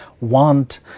want